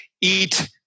eat